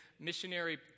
missionary